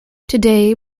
today